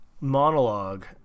monologue